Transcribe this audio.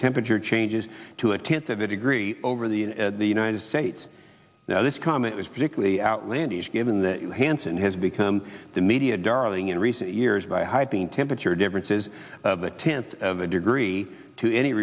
temperature changes to a tenth of a degree over the in the united states now this comet is particularly outlandish given that hansen has become the media darling in recent years by hyping temperature differences the tenths of a degree to any